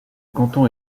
canton